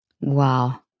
Wow